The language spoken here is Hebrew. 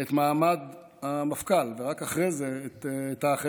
את מעמד המפכ"ל, ורק אחרי זה את האחרים.